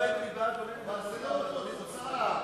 אבל זה לא, זו התוצאה.